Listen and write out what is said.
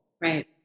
Right